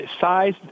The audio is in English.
size